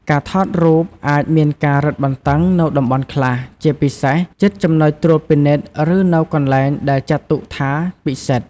ការថតរូបអាចមានការរឹតបន្តឹងនៅតំបន់ខ្លះ ជាពិសេស ជិតចំណុចត្រួតពិនិត្យ ឬនៅកន្លែងដែលចាត់ទុកថាពិសិដ្ឋ។